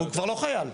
הוא כבר לא חייל.